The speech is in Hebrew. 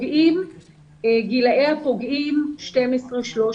גילי הפוגעים הם 12 ו-13.